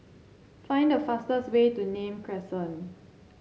find the fastest way to Nim Crescent